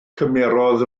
cymerodd